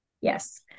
Yes